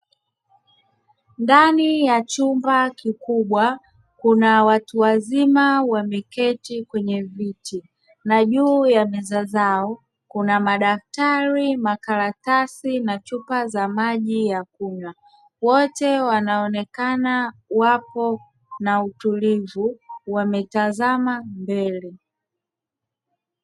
Ndani ya chumba kikubwa kuna watu wazima wameketi kwenye viti na juu ya meza zao kuna madaftari, makaratasi na chupa za maji ya kunywa, wote wanaonekana wako na utulivu wametazama mbele.